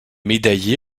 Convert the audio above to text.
médaillée